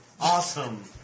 Awesome